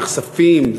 בכספים,